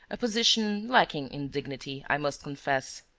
a position lacking in dignity, i must confess.